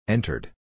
Entered